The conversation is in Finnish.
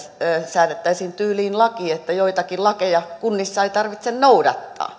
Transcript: säädettäisiin laki tyyliin että joitakin lakeja kunnissa ei tarvitse noudattaa että säädetään